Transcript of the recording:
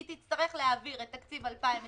היא תצטרך להעביר את תקציב 2020